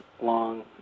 long